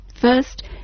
First